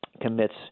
commits